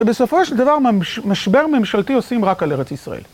ובסופו של דבר משבר ממשלתי עושים רק על ארץ ישראל.